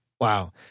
Wow